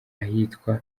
ahitwa